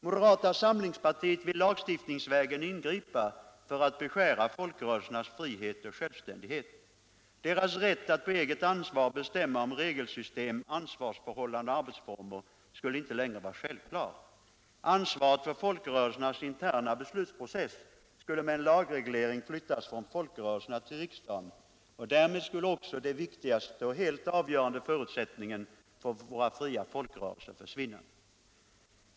Moderata samlingspartiet vill lagstiftningsvägen ingripa för att beskära folkrörelsernas frihet och självständighet. Deras rätt att på eget ansvar bestämma om regelsystem, ansvarsförhållanden och arbetsformer skulle inte längre vara självklar. Ansvaret för folkrörelsernas interna beslutsprocess skulle med en lagreglering flyttas från folkrörelserna till riksdagen, och därmed skulle den viktigaste och helt avgörande förutsättningen för våra fria folkrörelser försvinna.